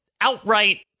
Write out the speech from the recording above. outright